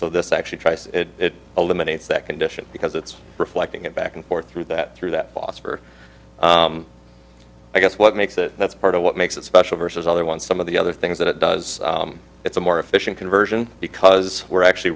so this actually tries it eliminates that condition because it's reflecting it back and forth through that through that loss for i guess what makes it that's part of what makes it special versus other one some of the other things that it does it's a more efficient conversion because we're actually